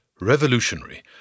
Revolutionary